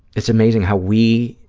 it's amazing how we,